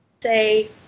say